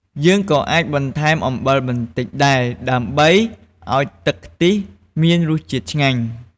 យើងក៏អាចបន្ថែមអំបិលបន្តិចដែរ ដើម្បីឲ្យទឹកខ្ទិះមានរសជាតិឆ្ងាញ់។